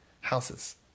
houses